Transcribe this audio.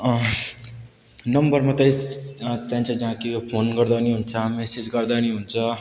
number मात्रै चाहिन्छ जहाँ कि यो फोन गर्दा पनि हुन्छ मेसेज गर्दा पनि हुन्छ